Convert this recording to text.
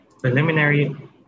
preliminary